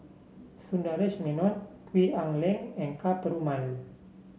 Sundaresh Menon Gwee Ah Leng and Ka Perumal